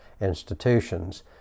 institutions